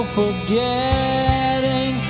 forgetting